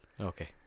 Okay